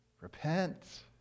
Repent